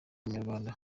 umunyarwanda